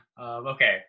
Okay